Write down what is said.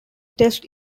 test